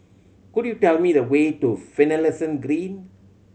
could you tell me the way to Finlayson Green